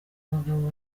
abagabo